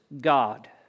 God